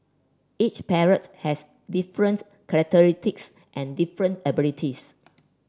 each parrot has different and different abilities